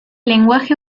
lenguaje